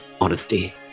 honesty